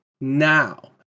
now